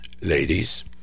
Ladies